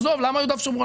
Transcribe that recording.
עזוב, למה יהודה ושומרון?